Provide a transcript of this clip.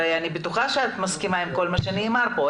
הרי אני בטוחה שאת מסכימה עם כל מה שנאמר פה,